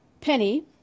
Penny